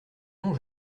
non